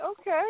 okay